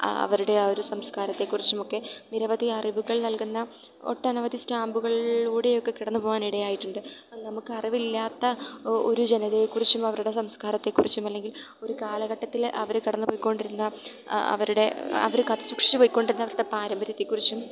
അവരുടെ ആ ഒരു സംസ്കാരത്തെക്കുറിച്ചുമൊക്കെ നിരവധി അറിവുകൾ നൽകുന്ന ഒട്ടനവധി സ്റ്റാമ്പുകളിലൂടെ ഒക്കെ കടന്ന് പോവാൻ ഇടയായിട്ടുണ്ട് അത് നമുക്കറിവില്ലാത്ത ഒരു ജനതയെക്കുറിച്ചും അവരുടെ സംസ്കാരത്തെക്കുറിച്ചും അല്ലെങ്കിൽ ഒരു കാലഘട്ടത്തിൽ അവർ കടന്ന് പോയിക്കൊണ്ടിരുന്ന അവരുടെ അവർ കാത്തുസൂക്ഷിച്ച് പോയിക്കൊണ്ടിരുന്ന അവരുടെ പാരമ്പര്യത്തെക്കുറിച്ചും